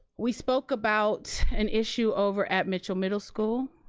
we spoke about an issue over at mitchell middle school,